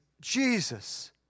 Jesus